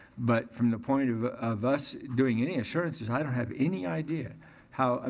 but, from the point of of us doing any assurances i don't have any idea how, um